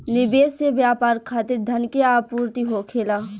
निवेश से व्यापार खातिर धन के आपूर्ति होखेला